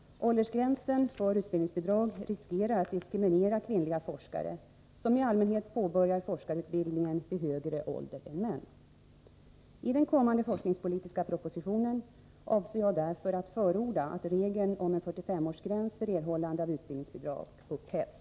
Åldersgränsen för utbildningsbidrag riskerar att diskriminera kvinnliga forskare, som i allmänhet påbörjar forskarutbildningen vid högre ålder än män. I den kommande forskningspolitiska propositionen avser jag därför att förorda att regeln om en 45-årsgräns för erhållande av utbildningsbidrag upphävs.